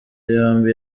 yombi